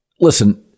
listen